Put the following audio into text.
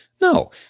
No